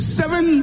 seven